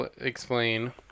explain